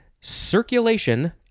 Circulation